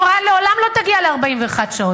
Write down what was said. מורה לעולם לא תגיע ל-41 שעות.